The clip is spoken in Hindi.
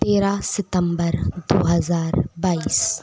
तेरह सितंबर दो हज़ार बाईस